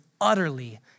utterly